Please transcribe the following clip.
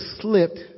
slipped